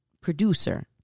producer